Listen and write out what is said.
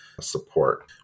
support